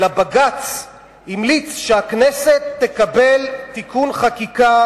אלא בג"ץ המליץ שהכנסת תקבל תיקון חקיקה